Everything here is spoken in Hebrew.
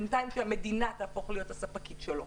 בינתיים שהמדינה תהפוך להיות הספקית שלו,